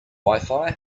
wifi